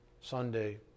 Sunday